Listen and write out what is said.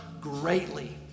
greatly